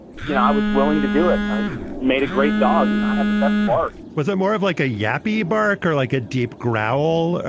you know, i was willing to do it. i just made a great dog. you know, i had the best bark was there more of like a yappy barak or like a deep growl?